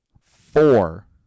four